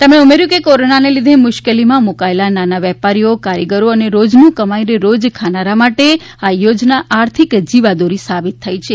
તેમણે ઉમેર્યું હતું કે કોરોના ને લીધે મુશ્કેલી માં મુકાયેલા નાના વેપારીઓ કારીગરો અને રોજનું કમાઇને રોજ ખાનારા માટે આ યોજના આર્થિક જીવાદોરી સાબિત થઈ છે